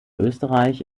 österreich